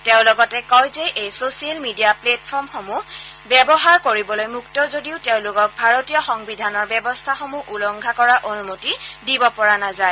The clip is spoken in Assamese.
তেওঁ লগতে কয় যে এই ছচিয়েল মিডিয়া প্লেটফৰ্মসমূহ ব্যৱসায় কৰিবলৈ মুক্ত যদিও তেওঁলোকক ভাৰতীয় সংবিধানৰ ব্যৱস্থাসমূহ উলংঘা কৰাৰ অনুমতি দিব পৰা নাযায়